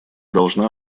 должна